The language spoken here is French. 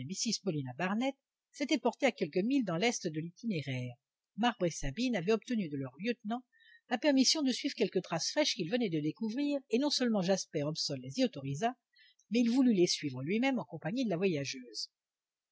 mrs paulina barnett s'étaient portés à quelques milles dans l'est de l'itinéraire marbre et sabine avaient obtenu de leur lieutenant la permission de suivre quelques traces fraîches qu'ils venaient de découvrir et non seulement jasper hobson les y autorisa mais il voulu les suivre lui-même en compagnie de la voyageuse